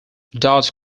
dodge